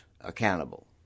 accountable